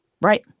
Right